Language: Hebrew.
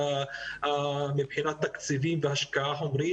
מבחינת תקציבים והשקעה חומרית,